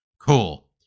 Cool